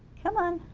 come on